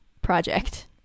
project